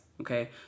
Okay